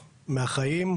מהחיים,